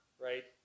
Right